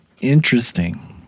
Interesting